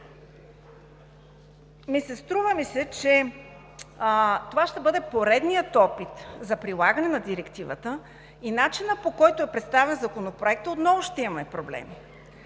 Струва ми се, че това ще бъде поредният опит за прилагане на Директивата и с начина, по който е представен Законопроектът, отново ще имаме проблеми.